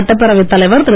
சட்டப்பேரவைத் தலைவர் திரு